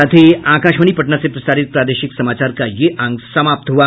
इसके साथ ही आकाशवाणी पटना से प्रसारित प्रादेशिक समाचार का ये अंक समाप्त हुआ